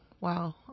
wow